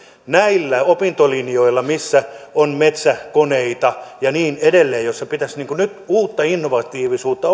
näillä opintolinjoilla missä on metsäkoneita ja niin edelleen ja missä pitäisi nyt uutta innovatiivisuutta